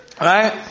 Right